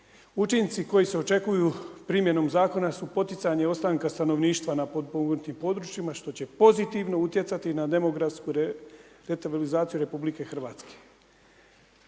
Učinci koji se očekuju primjenom zakona su poticanje ostanka stanovništva na potpomognutim područjima što će pozitivno utjecati na demografsku .../Govornik se